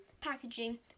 packaging